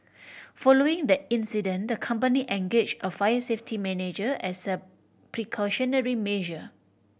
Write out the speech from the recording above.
following that incident the company engage a fire safety manager as a precautionary measure